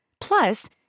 Plus